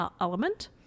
element